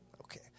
Okay